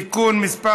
(תיקון מס'